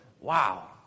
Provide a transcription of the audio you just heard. wow